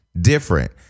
Different